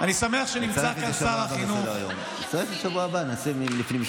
אני לא מצליח, מנהלים פה